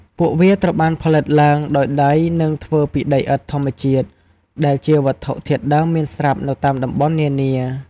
ពួកវាត្រូវបានផលិតឡើងដោយដៃនិងពីដីឥដ្ឋធម្មជាតិ ដែលជាវត្ថុធាតុដើមមានស្រាប់នៅតាមតំបន់នានា។